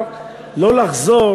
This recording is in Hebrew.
לחזור,